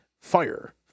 Fire